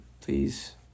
please